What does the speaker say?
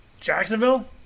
Jacksonville